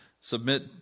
submit